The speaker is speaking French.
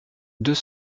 deux